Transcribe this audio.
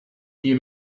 you